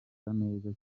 neza